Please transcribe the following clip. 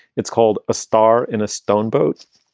it's called a star in a stone boats.